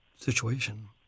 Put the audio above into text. situation